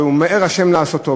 ומיהר ה' לעשותו.